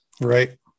Right